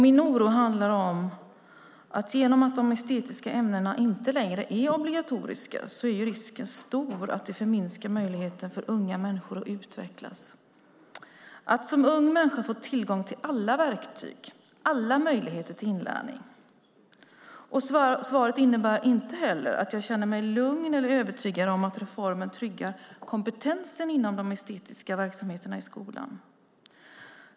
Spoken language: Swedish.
I och med att de estetiska ämnena inte längre är obligatoriska är risken stor att unga människors möjlighet att utvecklas förminskas då de inte får tillgång till alla verktyg och alla möjligheter till inlärning. Svaret gör mig inte heller lugn eller övertygad om att reformen tryggar kompetensen inom de estetiska verksamheterna i skolan.